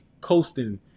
coasting